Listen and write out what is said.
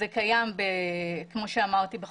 כמו שאמרתי,